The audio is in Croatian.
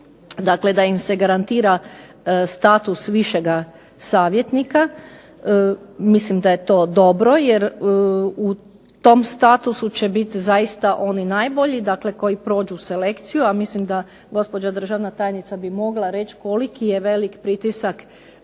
dakle da im se garantira status višega savjetnika. Mislim da je to dobro jer u tom statusu će biti zaista oni najbolji dakle koji prođu selekciju, a mislim da gospođa državna tajnica bi mogla reći koliki je velik pritisak